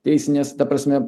teisinės ta prasme